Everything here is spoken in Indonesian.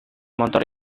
motor